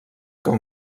com